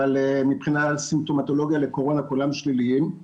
מבחינת סימפטומטולוגיה לקורונה כולם שליליים,